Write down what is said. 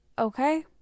okay